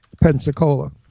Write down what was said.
Pensacola